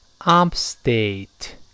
upstate